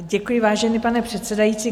Děkuji, vážený pane předsedající.